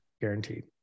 guaranteed